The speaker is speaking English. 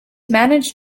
managed